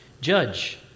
Judge